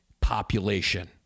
population